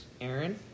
Aaron